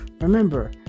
Remember